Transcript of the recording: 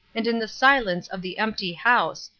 and in the silence of the empty house,